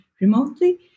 remotely